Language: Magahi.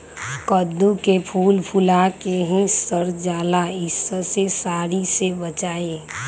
कददु के फूल फुला के ही सर जाला कइसे सरी से बचाई?